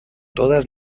todas